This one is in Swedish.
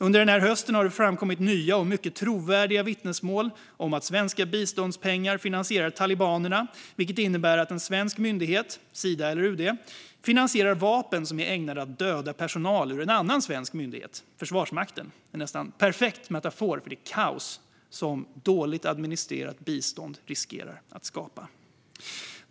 Under hösten har det framkommit nya och mycket trovärdiga vittnesmål om att svenska biståndspengar finansierar talibanerna, vilket innebär att en svensk myndighet - Sida eller UD - finansierar vapen som är ägnade att döda personal från en annan svensk myndighet, Försvarsmakten. Det är en nästan perfekt metafor för det kaos som dåligt administrerat bistånd riskerar att skapa.